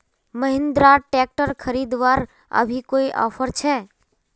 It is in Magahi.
महिंद्रा ट्रैक्टर खरीदवार अभी कोई ऑफर छे?